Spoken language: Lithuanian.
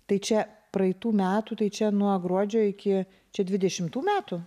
tai čia praeitų metų tai čia nuo gruodžio iki čia dvidešimtų metų